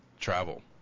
travel